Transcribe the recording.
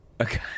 Okay